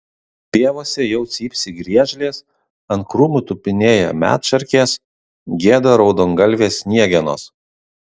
pievose jau cypsi griežlės ant krūmų tupinėja medšarkės gieda raudongalvės sniegenos